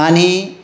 आनी